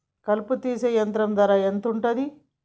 కలుపు తీసే యంత్రం ధర ఎంతుటది?